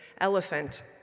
elephant